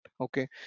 Okay